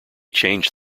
changed